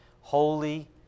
holy